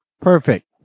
Perfect